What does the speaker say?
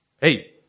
hey